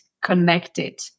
connected